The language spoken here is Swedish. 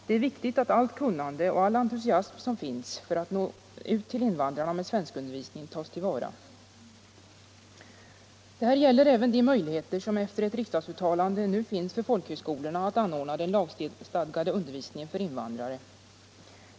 Det är viktigt att allt kunnande och all entusiasm som finns för att nå ut till invandrarna med svenskundervisning tas till vara. Detta gäller även de möjligheter som efter ett riksdagsuttalande nu finns för folkhögskolorna att anordna den lagstadgade undervisningen för invandrare.